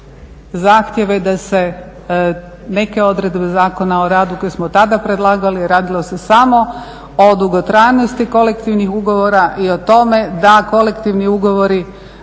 zahtjeve da se neke odredbe Zakona o radu koje smo tada predlagali, radilo se samo o dugotrajnosti kolektivnih ugovora i o tome da kolektivni ugovori